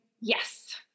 Yes